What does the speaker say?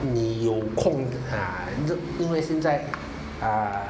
你有空啊因为现在